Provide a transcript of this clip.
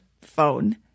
phone